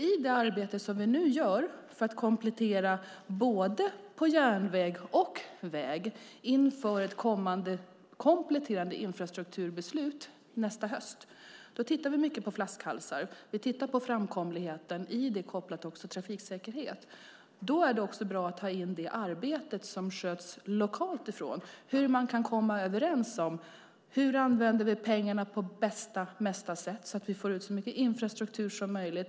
I det arbete som vi nu gör för att komplettera både järnväg och väg inför ett kommande, kompletterande, infrastrukturbeslut nästa höst tittar vi mycket på flaskhalsar. Vi tittar på framkomligheten. Till det är kopplat trafiksäkerhet. Därför är det bra att även ta in det arbete som görs lokalt för att se hur man kan komma överens och hur vi använder pengarna på bästa och mesta sätt så att vi får ut så mycket infrastruktur som möjligt.